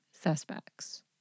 suspects